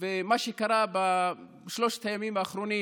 ומה שקרה בשלושת הימים האחרונים